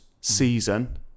season